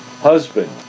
Husband